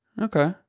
okay